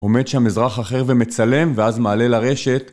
עומד שם אזרח אחר ומצלם ואז מעלה לרשת